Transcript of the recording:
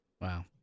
Wow